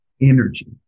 energy